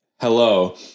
Hello